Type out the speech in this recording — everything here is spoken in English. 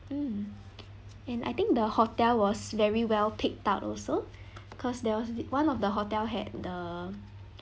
mm and I think the hotel was very well picked out also because there was one of the hotel had the